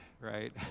right